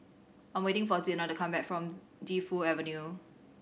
I'm waiting for Zina to come back from Defu Avenue